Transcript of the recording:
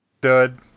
Dud